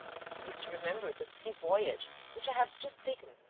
cease to remember the sea-voyage which i have just taken,